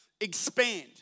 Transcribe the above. expand